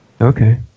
Okay